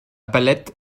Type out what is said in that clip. palette